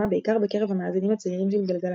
בעיקר בקרב המאזינים הצעירים של גלגלצ.